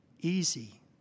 easy